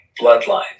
bloodlines